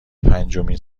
پنجمین